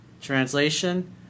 Translation